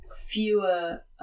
fewer